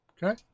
Okay